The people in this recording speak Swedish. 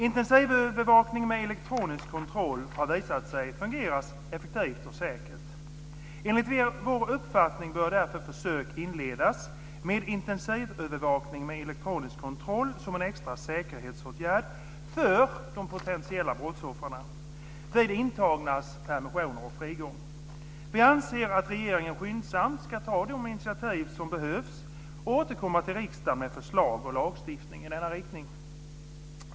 Intensivövervakning med elektronisk kontroll har visat sig fungera effektivt och säkert. Enligt vår uppfattning bör därför försök inledas med intensivövervakning med elektronisk kontroll som en extra säkerhetsåtgärd för potentiella brottsoffer vid intagnas permissioner och frigång. Vi anser att regeringen skyndsamt ska ta de initiativ som behövs och återkomma till riksdagen med förslag till lagstiftning i denna riktning.